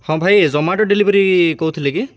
ହଁ ଭାଇ ଜୋମାଟୋ ଡେଲିଭରି କହୁଥିଲେ କି